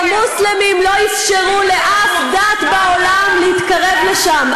כשהמוסלמים לא אפשרו לאף דת בעולם להתקרב לשם,